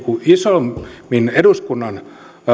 isommin eduskunnan